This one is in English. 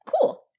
Cool